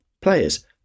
players